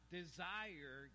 desire